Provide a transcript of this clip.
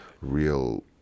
real